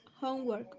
homework